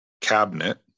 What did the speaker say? cabinet